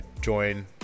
join